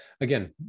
Again